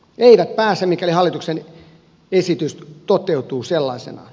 eivät pääse mikäli hallituksen esitys toteutuu sellaisenaan